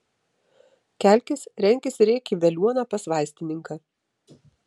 kelkis renkis ir eik į veliuoną pas vaistininką